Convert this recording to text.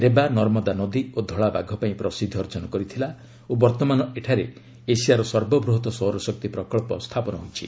ରେବା ନର୍ମଦା ନଦୀ ଓ ଧଳା ବାଘ ପାଇଁ ପ୍ରସିଦ୍ଧି ଅର୍ଜନ କରିଥିଲା ଓ ବର୍ତ୍ତମାନ ଏଠାରେ ଏସିଆର ସର୍ବବୃହତ ସୌର ଶକ୍ତି ପ୍ରକଳ୍ପ ସ୍ଥାପନ ହୋଇଛି